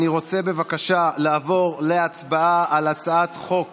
אני רוצה, בבקשה, לעבור להצבעה על הצעת חוק